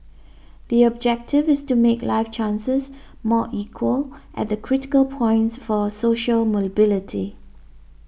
the objective is to make life chances more equal at the critical points for social mobility